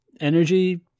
energy